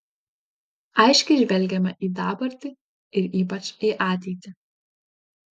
aiškiai žvelgiame į dabartį ir ypač į ateitį